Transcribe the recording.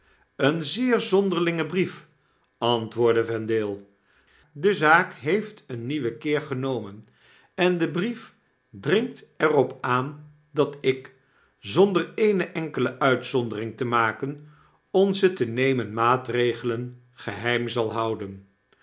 een zeer zonderlinge brief antwoordde vendale de zaak heeft een nieuwen keer genomen en de brief dringt er op aan dat ik zonder eene enkele uitzondering te maken onze te nemen maatregelen geheim zal houden